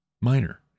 minor